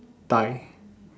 thigh